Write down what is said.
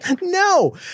no